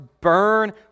burn